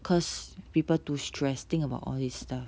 because people too stress think about all this stuff